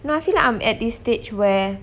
no I feel like I'm at this stage where